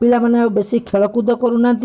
ପିଲାମାନେ ଆଉ ବେଶୀ ଖେଳକୁଦ କରୁନାହାନ୍ତି